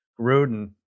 Gruden